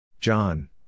John